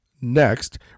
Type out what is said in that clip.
Next